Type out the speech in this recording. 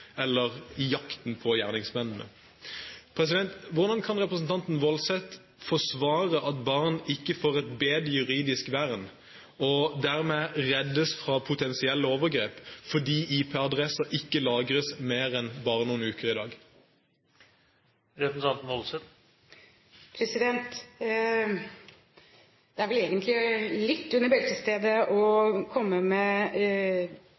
eller i jakten på gjerningsmennene. Hvordan kan representanten Woldseth forsvare at barn ikke får et bedre juridisk vern og dermed reddes fra potensielle overgrep fordi IP-adresser ikke lagres mer enn bare noen uker i dag? Det er vel egentlig litt som et slag under beltestedet å